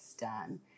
done